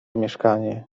mieszkanie